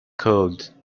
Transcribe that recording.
code